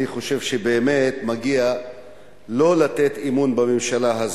אני חושב שבאמת מגיע לא לתת אמון בממשלה הזאת.